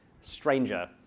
stranger